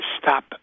stop